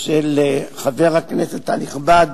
של חבר הכנסת הנכבד,